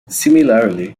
similarly